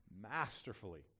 masterfully